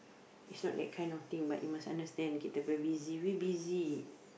it's not that kind of thing but you must understand that we busy we busy